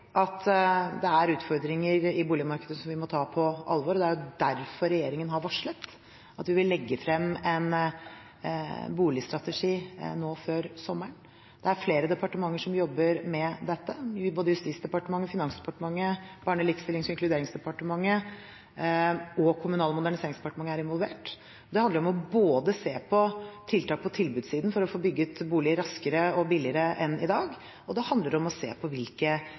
at det er utfordringer i boligmarkedet som vi må ta på alvor, og det er jo derfor regjeringen har varslet at vi vil legge frem en boligstrategi nå før sommeren. Det er flere departementer som jobber med dette. Både Justisdepartementet, Finansdepartementet, Barne-, likestillings- og inkluderingsdepartementet og Kommunal- og moderniseringsdepartementet er involvert. Det handler om å se på tiltak på tilbudssiden for å få bygget boliger raskere og billigere enn i dag, og det handler om å se på hvilke